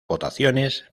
votaciones